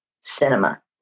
cinema